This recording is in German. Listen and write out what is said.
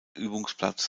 übungsplatz